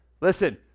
Listen